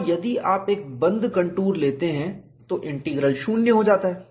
और यदि आप एक बंद कंटूर लेते हैं तो इंटीग्रल शून्य हो जाता है